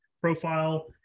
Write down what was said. profile